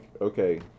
okay